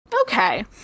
Okay